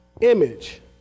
image